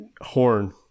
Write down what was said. Horn